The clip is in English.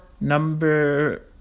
number